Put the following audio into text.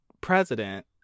President